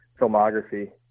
filmography